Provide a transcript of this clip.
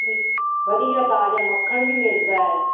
ਵਧੀਆ ਤਾਜ਼ਾ ਮੱਖਣ ਵੀ ਮਿਲਦਾ